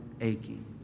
aching